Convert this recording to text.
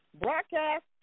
broadcast